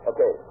Okay